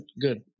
good